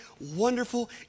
wonderful